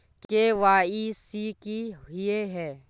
KYC की हिये है?